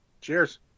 Cheers